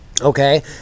okay